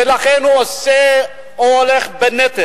ולכן הוא נושא בנטל.